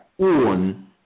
own